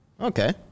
Okay